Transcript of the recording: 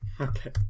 Okay